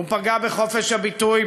הוא פגע בחופש הביטוי.